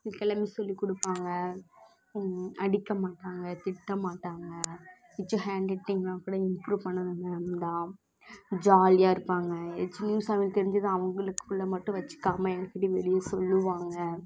எனக்கு எல்லாமே சொல்லிக்கொடுப்பாங்க அடிக்கமாட்டாங்கள் திட்டமாட்டாங்கள் விச்சு ஹேண்ட்ரைட்டிங்லாம் கூட இம்புரூவ் பண்ணது மேம் தான் ஜாலியாக இருப்பாங்கள் ஏதாச்சி நியூஸ் அவங்களுக்கு தெரிஞ்சதை அவங்களுக்குள்ள மட்டும் வச்சிக்காமல் எங்கக்கிட்டவும் வெளியே சொல்லுவாங்கள்